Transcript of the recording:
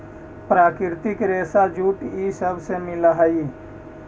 प्राकृतिक रेशा जूट इ सब से मिल हई